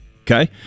okay